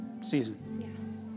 season